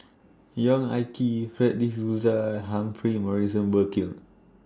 Yong Ah Kee Fred De Souza Humphrey Morrison Burkill